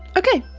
okay,